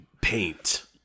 paint